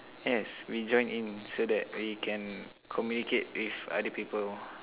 yes we join in so that we can communicate with other people